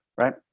right